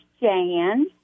Jan